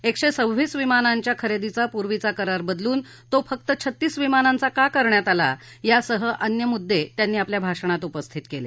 एकशे सव्वीस विमानांच्या खरेदीचा पूर्वीचा करार बदलून तो फक्त छत्तीस विमानांचा का करण्यात आला यासह अन्य मुद्दे त्यांनी आपल्या भाषणात उपस्थित केले